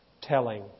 telling